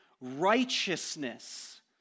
righteousness